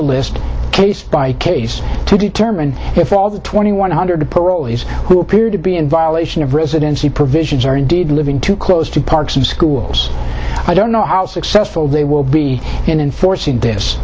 list case by case to determine if all the twenty one hundred parolees who appeared to be in violation of residency provisions are indeed living too close to parks and schools i don't know how successful they will be in enforcing this